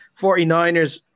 49ers